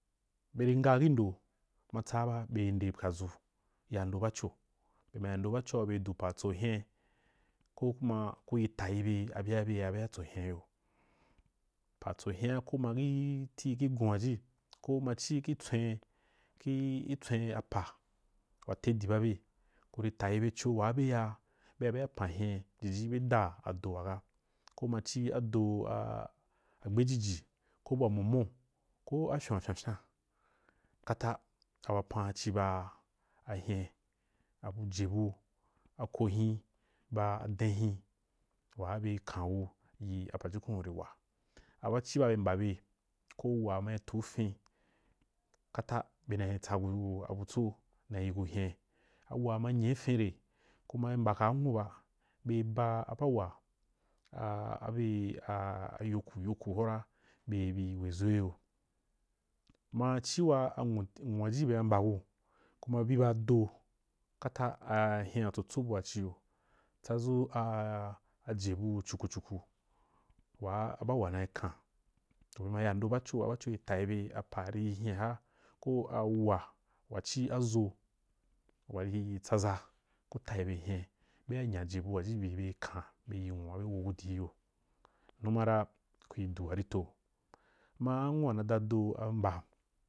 Beri nga gi ndo ma tsaaba be ri nde pwaʒu ya ndo baco bema ya ndou balo ra beri du apa wa tso hen. Ko kuma kui tayi be abyea be ya beya tso hen giyo apa wa tso hen ra ko ma ci ti kih gon waji ko ma kih twen ci atswen apa wa tedi ba be ku ri tayi be co waa be ya be ya pan hen jiji be daa ado aga ko ma ci adou a agbejiji ko abua momo ko afyon wa fyafyan a wapan ci ba a hen a bu jebu a ko hin ba a den hin waa be kan gu pajukun ri wa a banci baa be mba be ko wuwa ma tum fin kata bena tsagu butso nayi gu hen ko uwa ma nyefin re ku mai mbakaa nwu ba, ba aba wuwa ɓa abe ayoku ayoki hora be bi weʒo giyo ma ci waa anwu waji be ma mbagu ba a do kata a hen wa tsotso buwa ciyo tsadʒu a jebu cukucuku waa ba wuwa naikan u ma ya ndou baco a baco ri tayi be apa wari yi hen a ga ko a wuwa wa ci aʒo wa ri tsaʒa ku tayi be hen beya nya jeɓu waji beri kan be yi nwua be wogu di giyo numa ra kuri du warito ma’an wana dadoh ambah.